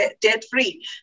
debt-free